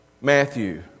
Matthew